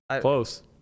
Close